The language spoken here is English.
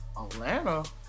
Atlanta